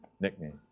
nickname